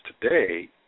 today